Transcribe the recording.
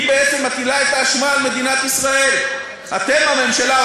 היא בעצם מטילה את האשמה על מדינת ישראל: אתם הממשלה,